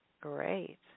great